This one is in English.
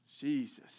Jesus